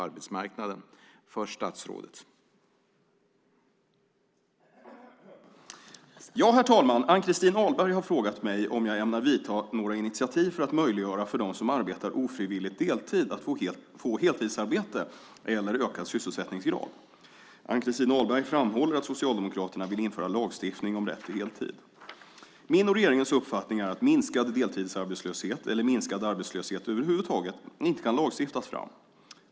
Herr talman! Ann-Christin Ahlberg har frågat mig om jag ämnar ta några initiativ för att möjliggöra för dem som arbetar ofrivilligt deltid att få heltidsarbete eller ökad sysselsättningsgrad. Ann-Christin Ahlberg framhåller att Socialdemokraterna vill införa lagstiftning om rätt till heltid. Min och regeringens uppfattning är att minskad deltidsarbetslöshet eller minskad arbetslöshet över huvud taget inte kan lagstiftas fram.